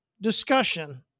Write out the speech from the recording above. discussion